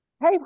Hey